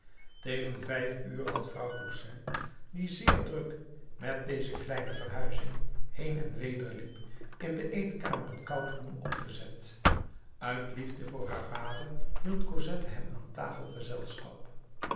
tegen vijf ure had vrouw toussaint die zeer druk met deze kleine verhuizing heen en weder liep in de eetkamer een koud hoen opgezet uit liefde voor haar vader hield cosette hem aan tafel gezelschap